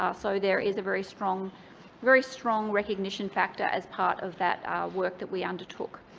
ah so there is a very strong very strong recognition factor as part of that work that we undertook.